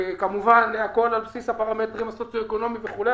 וכמובן הכול על בסיס הפרמטרים הסוציו-אקונומיים וכולי,